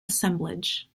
assemblage